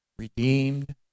redeemed